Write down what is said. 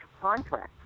contract